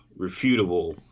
refutable